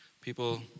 People